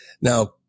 Now